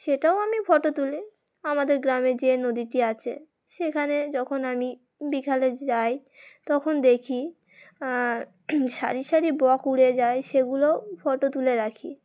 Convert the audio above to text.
সেটাও আমি ফটো তুুলি আমাদের গ্রামে যে নদীটি আছে সেখানে যখন আমি বিকালে যাই তখন দেখি সারি সারি বক উড়ে যায় সেগুলোও ফটো তুলে রাখি